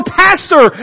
pastor